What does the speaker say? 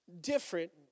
different